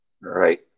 right